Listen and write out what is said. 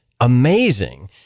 Amazing